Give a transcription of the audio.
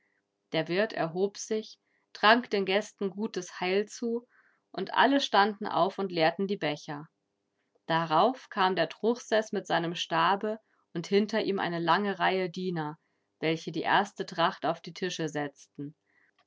der wirt erhob sich trank den gästen gutes heil zu und alle standen auf und leerten die becher darauf kam der truchseß mit seinem stabe und hinter ihm eine lange reihe diener welche die erste tracht auf die tische setzten